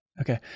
Okay